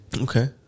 Okay